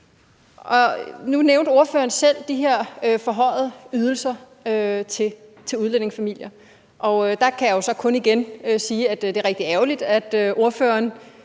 Nu nævnte ordføreren selv de her forhøjede ydelser til udlændingefamilier, og der kan jeg jo så kun igen sige, at det er rigtig ærgerligt, at ordføreren